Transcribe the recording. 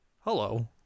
Hello